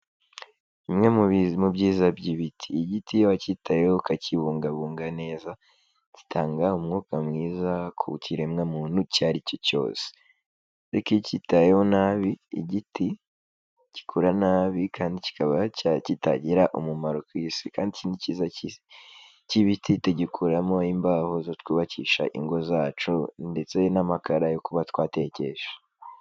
Bimwe mu byiza by'ibiti, igiti iyo wacyitayeho ukakibungabunga neza, gitanga umwuka mwiza ku kiremwa muntu icyo ari cyo cyose, ariko iyo ucyitayeho nabi igiti gikura nabi kandi kikaba kitagira umumaro ku isi, kandi ikindi cyiza cy'ibiti tugikuramo imbaho zo twubakisha ingo zacu ndetse n'amakara yo kuba twatekesha.